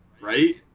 Right